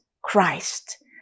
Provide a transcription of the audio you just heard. christ